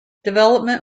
development